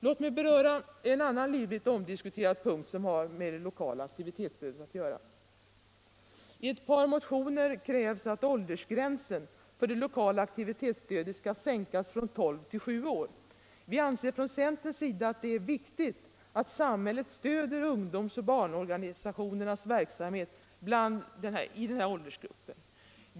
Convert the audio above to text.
Låt mig något beröra en annan livligt omdiskuterad punkt som har med det lokala aktivitetsstödet att göra. I ett par motioner krävs att åldersgränsen för det lokala aktivitetsstödet skall sänkas från 12 till 7 år. Vi anser inom centern att det är viktigt att samhället stöder ungdomsoch barnorganisationernas verksamhet i den här åldersgruppen.